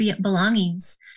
belongings